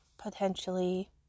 potentially